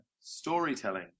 storytelling